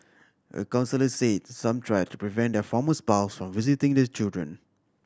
a counsellor said some try to prevent their former spouse from visiting the children